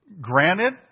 Granted